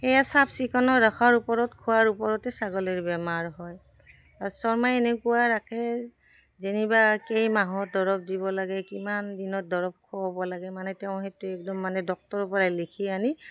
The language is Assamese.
সেয়া চাফ চিকুণৰ ৰখাৰ ওপৰত খোৱাৰ ওপৰতে ছাগলীৰ বেমাৰ হয় বা শৰ্মা এনেকুৱা ৰাখে যেনিবা কেই মাহত দৰৱ দিব লাগে কিমান দিনত দৰৱ খোৱাব লাগে মানে তেওঁ সেইটো একদম মানে ডক্তৰৰ পৰাই লিখি আনি